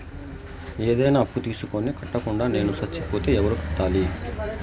ఏదైనా అప్పు తీసుకొని కట్టకుండా నేను సచ్చిపోతే ఎవరు కట్టాలి?